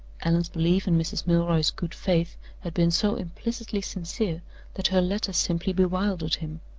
allan's belief in mrs. milroy's good faith had been so implicitly sincere that her letter simply bewildered him.